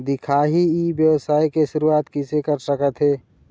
दिखाही ई व्यवसाय के शुरुआत किसे कर सकत हे?